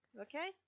okay